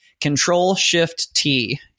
Control-Shift-T